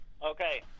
okay